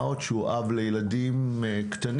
מה עוד שהוא אב לילדים קטנים,